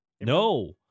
No